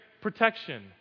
protection